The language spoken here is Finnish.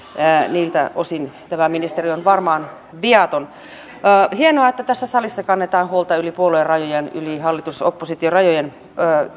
niiltä osin tämä ministeriö on varmaan viaton hienoa että tässä salissa kannetaan huolta yli puoluerajojen yli hallitus oppositio rajojen